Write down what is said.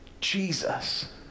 Jesus